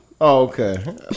okay